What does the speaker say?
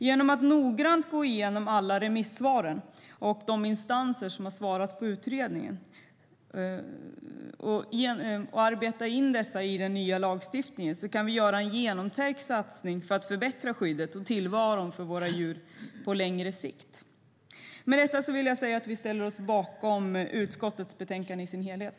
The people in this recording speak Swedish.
Genom att noggrant gå igenom alla remissvar från de instanser som har svarat på utredningen och arbeta in dessa i den nya lagstiftningen kan vi göra en genomtänkt satsning för att förbättra skyddet och tillvaron för våra djur på längre sikt. Med detta vill jag säga att vi ställer oss bakom utskottets förslag i betänkandet i dess helhet.